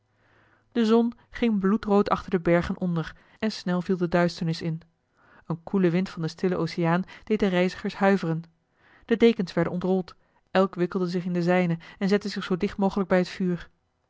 de zon ging bloedrood achter de bergen onder en snel viel de duisternis in een koele wind van den stillen oceaan deed de reizigers huiveren de dekens werden ontrold elk wikkelde zich in de zijne en zette zich zoo dicht mogelijk bij het vuur